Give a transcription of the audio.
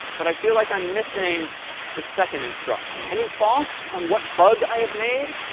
but i feel like i'm missing the second instruction. any thoughts on what bug i have made?